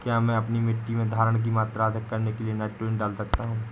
क्या मैं अपनी मिट्टी में धारण की मात्रा अधिक करने के लिए नाइट्रोजन डाल सकता हूँ?